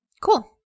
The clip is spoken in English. cool